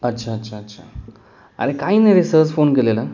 अच्छा अच्छा अच्छा अरे काही नाही रे सहज फोन केलेला